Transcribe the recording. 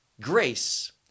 Grace